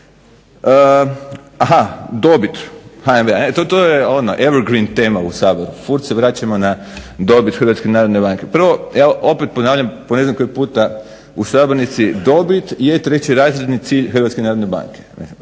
Dobit HNB-a to je evergreen tema u Saboru, uvijek se vraćamo na dobit HNB-a. Prvo, ponavljam po ne znam koliko puta u Saboru, dobit je trećerazredni cilj